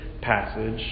passage